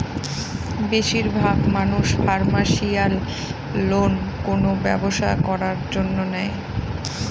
বেশির ভাগ মানুষ কমার্শিয়াল লোন কোনো ব্যবসা করার জন্য নেয়